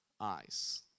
eyes